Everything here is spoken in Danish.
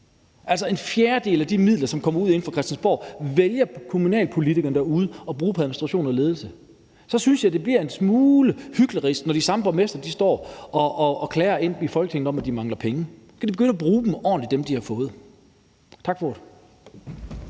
Altså, en fjerdedel af de midler, som kom fra Christiansborg, vælger kommunalpolitikere derude at bruge på administration og ledelse. Så synes jeg, det bliver en smule hyklerisk, når de samme borgmestre står og klager i Folketinget over, at de mangler penge. Så kan de begynde at bruge dem, de har fået, ordentligt. Tak for ordet.